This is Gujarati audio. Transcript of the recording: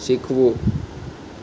શીખવું